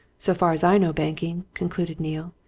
so far as i know banking, concluded neale,